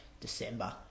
December